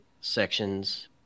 sections